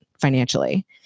financially